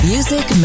Music